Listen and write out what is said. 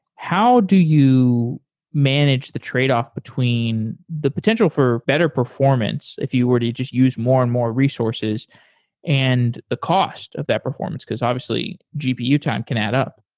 how do you manage the tradeoff between the potential for better performance if you were to just use more and more resources and the cost of that performance? because obviously, gpu time can add up.